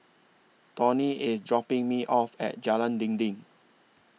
Tawny IS dropping Me off At Jalan Dinding